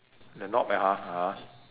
the knot there ah ah